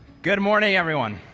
good morning, everyone.